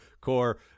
Core